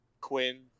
Quinn